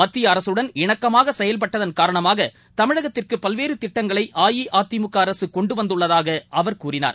மத்தியஅரசுடன் இணக்கமாகசெயல்பட்டதன் காரணமாகதமிழகத்திற்குபல்வேறுதிட்டங்களைஅஇஅதிமுகஅரசுகொண்டுவந்துள்ளதாகஅவர் கூறினார்